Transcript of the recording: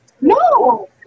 no